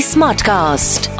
Smartcast